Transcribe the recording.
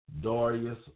Darius